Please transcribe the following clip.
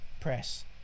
press